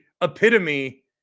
epitome